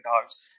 dogs